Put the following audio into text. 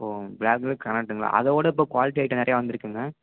ஓ பிளாக்கில் கிரானைட்டுங்களா அதை விட குவாலிட்டி ஐட்டம் நிறையா வந்திருக்குங்க